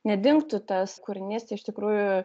nedingtų tas kūrinys iš tikrųjų